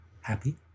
happy